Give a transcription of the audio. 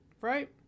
right